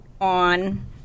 on